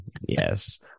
Yes